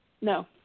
No